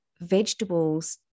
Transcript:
vegetables